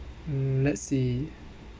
mm let's see